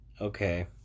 okay